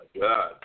God